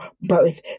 birth